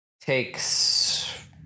takes